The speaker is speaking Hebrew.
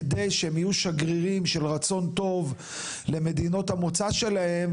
כדי שהם יהיו שגרירים של רצון טוב למדינות המוצא שלהם,